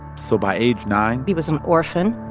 so by age nine. he was an orphan